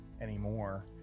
anymore